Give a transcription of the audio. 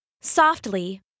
Softly